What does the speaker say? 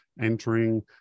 entering